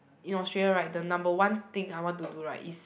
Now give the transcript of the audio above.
in Australia right the number one thing I want to do right is